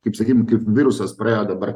kaip sakykim kaip virusas praėjo dabar